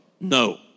no